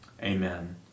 Amen